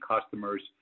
customers